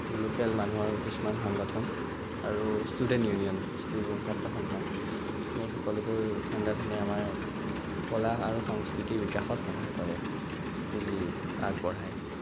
local মানুহৰ কিছুমান সাংগঠন আৰু ষ্টুডেণ্ট ইউনিয়ন ষ্টুডেণ্ট ছাত্ৰসন্থা সেই সকলোবোৰ সাংগঠনেই আমাৰ কলা আৰু সংস্কৃতিৰ বিকাশত সহায় কৰে পুঁজি আগবঢ়ায়